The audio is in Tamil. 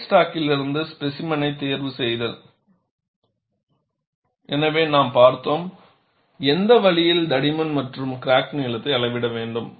பிளேட் ஸ்டாக்கிலிருந்து ஸ்பேசிமெனை தேர்வு செய்தல் எனவே நாம் பார்த்தோம் எந்த வழியில் தடிமன் மற்றும் கிராக் நீளத்தை அளவிட வேண்டும்